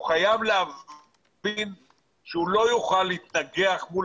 הוא חייב להבין שהוא לא יוכל להתנגח מול